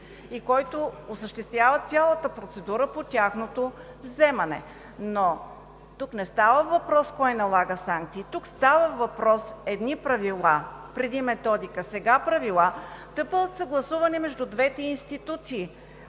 и осъществява цялата процедура по тяхното вземане. Но тук не става въпрос кое налага санкции. Тук става въпрос едни правила – преди методика, сега правила, да бъдат съгласувани между двете институции.